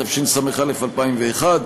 התשס"א 2001,